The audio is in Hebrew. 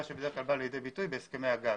מה שבדרך כלל בא לידי ביטוי בהסכמי הגג.